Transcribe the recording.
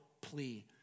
plea